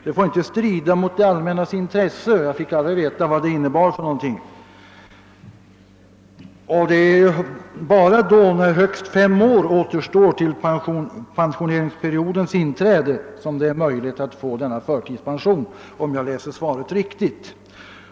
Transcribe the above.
Det får enligt uppgift inte strida mot det allmännas intresse, men jag fick aldrig veta vad detta innebär, och endast när högst fem år återstår till pensioneringsperiodens inträde kan förtidspension beviljas, om jag läst svaret rätt.